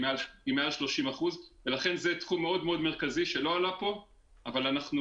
היא מעל 30% ולכן זה תחום מאוד מרכזי שלא עלה פה אבל אנחנו